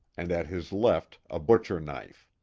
and at his left a butcher knife.